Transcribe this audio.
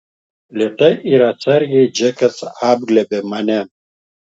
lėtai ir atsargiai džekas apglėbia mane